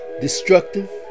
destructive